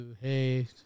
Hey